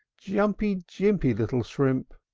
jumpy, jimpy, little shrimp!